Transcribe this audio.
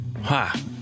Ha